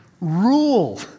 Rule